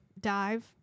dive